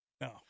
no